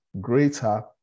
greater